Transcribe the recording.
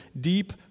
deep